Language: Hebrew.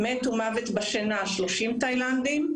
מתו מוות בשינה 30 תאילנדים,